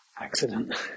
Accident